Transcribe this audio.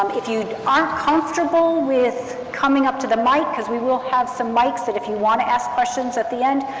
um if you aren't comfortable with coming up to the mic, cause we will have some mics that if you want to ask questions at the end,